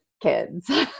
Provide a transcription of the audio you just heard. kids